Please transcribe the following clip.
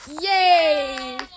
Yay